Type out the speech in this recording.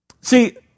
See